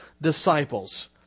disciples